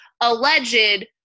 alleged